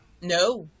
No